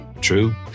True